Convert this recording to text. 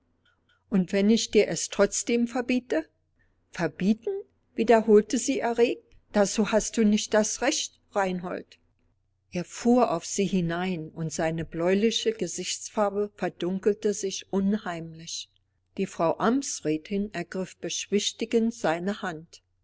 und wenn ich dir es trotzdem verbiete verbieten wiederholte sie erregt dazu hast du nicht das recht reinhold er fuhr auf sie hinein und seine bläuliche gesichtsfarbe verdunkelte sich unheimlich die frau amtsrätin ergriff beschwichtigend seine hand